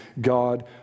God